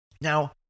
Now